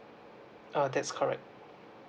uh that's correct